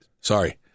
Sorry